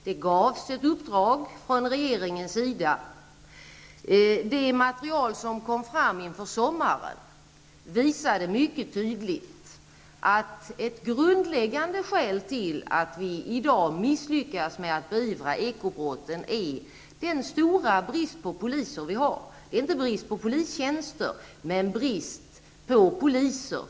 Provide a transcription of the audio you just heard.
Regeringen gav alltså ett uppdrag. Det material som kom fram under sommaren visade mycket tydligt att ett grundläggande skäl till att vi i dag misslyckas med att beivra ekobrotten är den stora brist på poliser som råder. Det rör sig inte om brist på polistjänster, utan om brist på poliser.